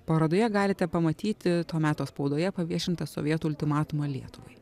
parodoje galite pamatyti to meto spaudoje paviešintą sovietų ultimatumą lietuvai